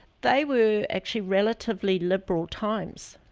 they were actually relatively liberal times,